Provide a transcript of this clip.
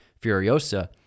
Furiosa